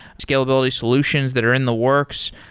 scalability solutions that are in the works.